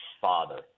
father